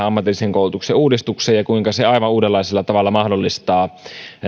ammatillisen koulutuksen uudistukseen ja kuinka se aivan uudenlaisella tavalla mahdollistaa